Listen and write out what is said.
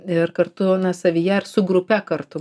ir kartu na savyje ar su grupe kartu